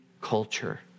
culture